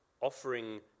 offering